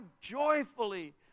joyfully